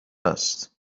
است